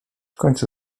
końcu